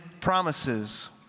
promises